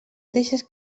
deixes